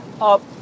Up